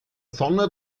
sonne